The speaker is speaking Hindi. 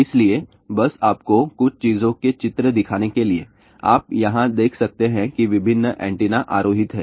इसलिए बस आपको कुछ चीज़ों के चित्र दिखाने के लिए आप यहाँ देख सकते हैं कि विभिन्न एंटेना आरोहित हैं